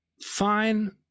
fine